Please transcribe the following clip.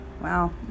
Wow